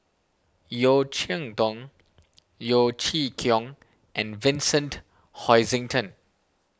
Yeo Cheow Tong Yeo Chee Kiong and Vincent Hoisington